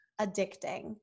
addicting